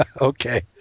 okay